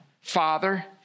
father